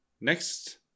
Next